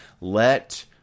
Let